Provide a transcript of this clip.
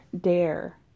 dare